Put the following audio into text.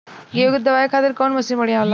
गेहूँ के दवावे खातिर कउन मशीन बढ़िया होला?